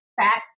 fat